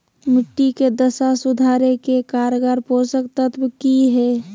मिट्टी के दशा सुधारे के कारगर पोषक तत्व की है?